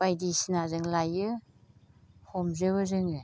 बायदिसिनाजों लायो हमजोबो जोङो